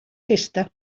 festa